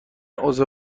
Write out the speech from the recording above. عضو